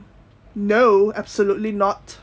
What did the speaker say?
no absolutely not